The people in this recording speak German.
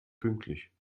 pünktlich